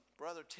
Brother